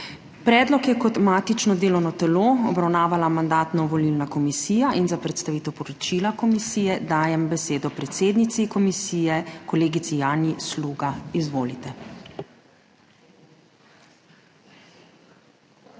Predlog je kot matično delovno telo obravnavala Mandatno-volilna komisija in za predstavitev poročila komisije dajem besedo predsednici komisije, kolegici Janji Sluga. Izvolite.